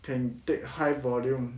can take high volume